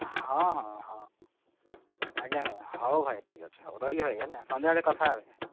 ହଁ ହଁ ହଁ ଆଜ୍ଞା ହଉ ଭାଇ ଠିକ୍ ଅଛି ହଉ ରହିଲି ଭାଇ ହେଲା ସନ୍ଧ୍ୟାବେଳେ କଥାହେବେ